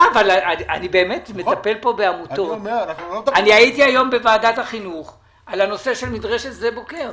אני הייתי היום בוועדת החינוך על הנושא של מדרשת שדה בוקר.